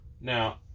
Now